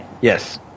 yes